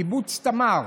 קיבוץ תמר.